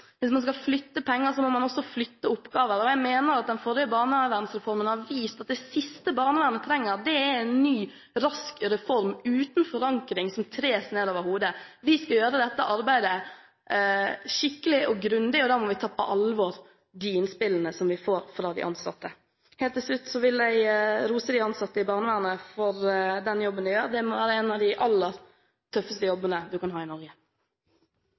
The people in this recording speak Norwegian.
Hvis man skal flytte penger, må man også flytte oppgaver. Jeg mener at den forrige barnevernsreformen har vist at det siste barnevernet trenger, er en ny rask reform uten forankring som tres nedover hodet. Vi skal gjøre dette arbeidet skikkelig og grundig, og da må vi ta på alvor de innspillene som vi får fra de ansatte. Helt til slutt vil jeg rose de ansatte i barnevernet for den jobben de gjør. Det må være en av de aller tøffeste jobbene du kan ha i Norge.